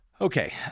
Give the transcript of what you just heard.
Okay